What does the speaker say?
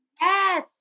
Yes